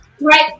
right